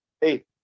Hey